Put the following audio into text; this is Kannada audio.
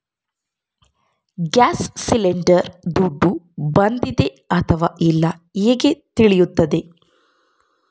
ಗ್ಯಾಸ್ ಸಿಲಿಂಡರ್ ದುಡ್ಡು ಬಂದಿದೆ ಅಥವಾ ಇಲ್ಲ ಹೇಗೆ ತಿಳಿಯುತ್ತದೆ?